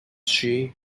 she